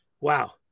wow